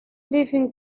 leaving